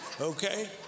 Okay